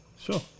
Sure